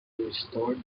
restored